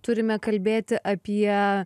turime kalbėti apie